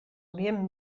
orient